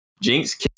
Jinx